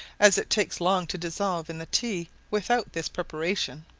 as it takes long to dissolve in the tea without this preparation.